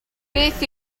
beth